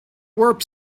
warp